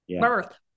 Birth